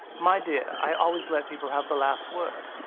my dear, i always let people have the last word.